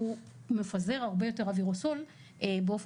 הוא מפזר הרבה יותר אווירוסול באופן